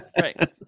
Right